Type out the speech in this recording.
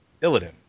Illidan